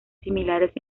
similares